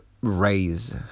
raise